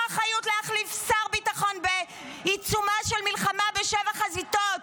אחריות להחליף שר ביטחון בעיצומה של מלחמה בשבע חזיתות.